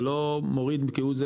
זה לא מוריד כהוא זה